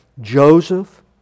Joseph